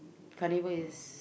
carnival is